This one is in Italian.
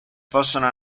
possono